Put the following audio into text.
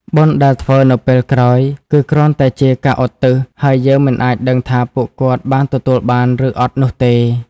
បុណ្យដែលធ្វើនៅពេលក្រោយ គឺគ្រាន់តែជាការឧទ្ទិស ហើយយើងមិនអាចដឹងថាពួកគាត់បានទទួលបាន ឬអត់នោះទេ។